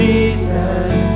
Jesus